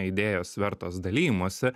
idėjos vertos dalijimosi